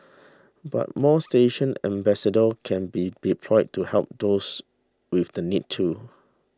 but more station ambassadors can be deployed to help those with the need too